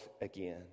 again